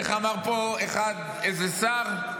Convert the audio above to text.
איך אמר פה איזה שר?